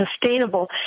sustainable